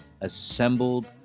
assembled